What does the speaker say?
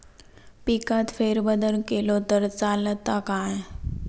पिकात फेरबदल केलो तर चालत काय?